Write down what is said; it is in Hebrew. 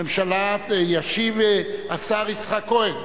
מהממשלה ישיב השר יצחק כהן.